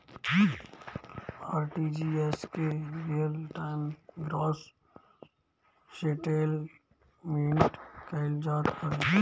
RTGS के real time gross settlement कहल जात हवे